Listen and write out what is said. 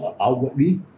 outwardly